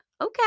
okay